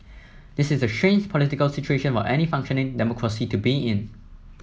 this is a strange political situation for any functioning democracy to be in